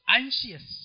anxious